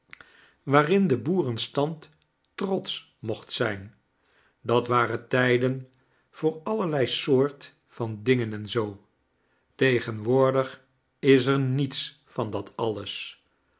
waarin de boerenstand trotsch mocht zijn dat waren tijden voor allerlei soort van dingen en zoo tegenwoordig is er niets van dat alles